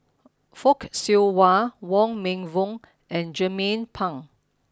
Fock Siew Wah Wong Meng Voon and Jernnine Pang